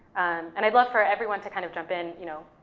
and i'd love for everyone to kind of jump in, you know,